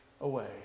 away